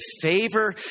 favor